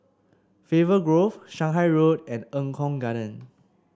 Faber Grove Shanghai Road and Eng Kong Garden